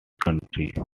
country